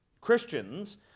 Christians